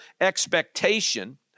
expectation